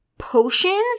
potions